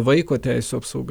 vaiko teisių apsauga